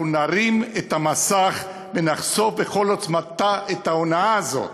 אנחנו נרים את המסך ונחשוף בכל עוצמתה את ההונאה הזאת,